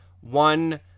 one